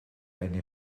eine